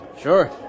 Sure